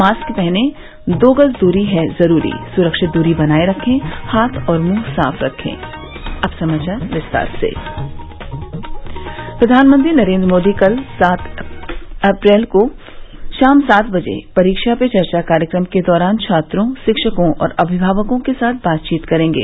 mask पहनें दो गज दूरी है जरूरी सुरक्षित दूरी बनाये रखे हाथ और मुंह साफ रखे प्रधानमंत्री नरेंद्र मोदी कल सात अप्रैल को शाम सात बजे परीक्षा पे चर्चा कार्यक्रम के दौरान छात्रों शिक्षकों और अमिमावकों के साथ बातचीत करेंगे